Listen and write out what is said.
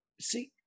see